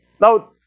Now